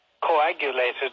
coagulated